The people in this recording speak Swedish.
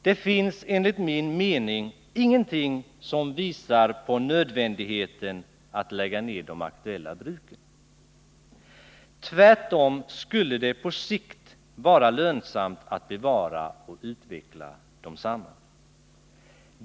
Det finns enligt min mening ingenting som visar att det är nödvändigt att lägga ned de aktuella bruken. Tvärtom skulle det på sikt vara lönsamt att bevara och utveckla dem.